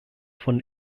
von